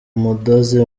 umudozi